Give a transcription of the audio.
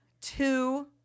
Two